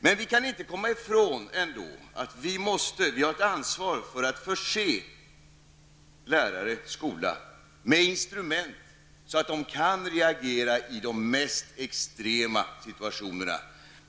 Men vi kan ändå inte komma ifrån att vi har ett ansvar för att förse lärare och skola med instrument, så att de kan reagera i de mest extrema situationerna.